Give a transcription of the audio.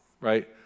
right